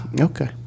Okay